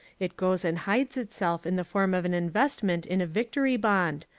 it goes and hides itself in the form of an investment in a victory bond,